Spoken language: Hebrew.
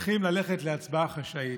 צריכים ללכת להצבעה חשאית.